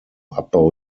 abbau